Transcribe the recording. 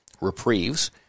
reprieves